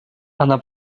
она